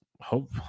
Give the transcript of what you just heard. hope